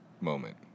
moment